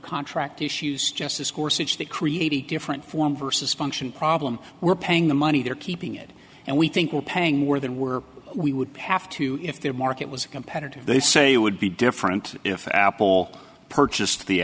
contract issues just as corsets to create a different form versus function problem we're paying the money they're keeping it and we think we're paying more than where we would pass to if their market was competitive they say would be different if apple purchased the